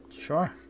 Sure